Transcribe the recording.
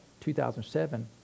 2007